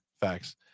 Facts